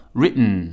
written